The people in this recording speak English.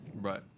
Right